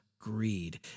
greed